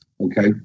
okay